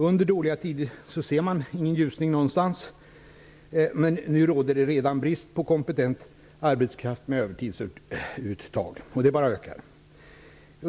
Under dåliga tider ser man ingen ljusning någonstans. Nu råder det redan brist på kompetent arbetskraft, med övertidsuttag som följd och det bara ökar.